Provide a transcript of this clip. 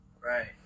right